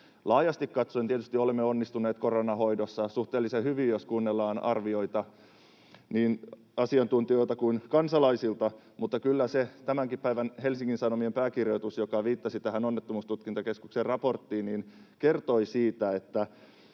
Laajasti katsoen olemme tietysti onnistuneet koronan hoidossa suhteellisen hyvin, jos kuunnellaan arvioita niin asiantuntijoilta kuin kansalaisilta, mutta kyllä se tämänkin päivän Helsingin Sanomien pääkirjoitus, joka viittasi tähän Onnettomuustutkintakeskuksen raporttiin, kertoi siitä,